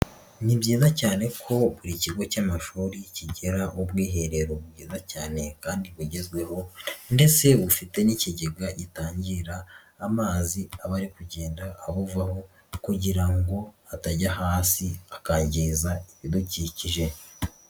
Ni byiza cyane ko buri kigo cy'amashuri kigira ubwiherero bwiza cyane kandi bugezweho ndetse bufite n'ikigega gitangira amazi aba ari kugenda abuvaho kugira ngo atajya hasi akangiza ibidukikije.